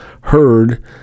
heard